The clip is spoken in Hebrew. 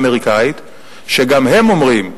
וגם הם אומרים,